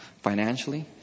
financially